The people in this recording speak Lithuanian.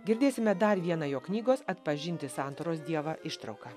girdėsime dar vieną jo knygos atpažinti sandoros dievą ištrauką